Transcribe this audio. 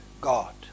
God